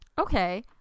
Okay